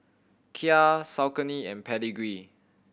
Kia Saucony and Pedigree